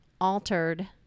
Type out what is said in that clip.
altered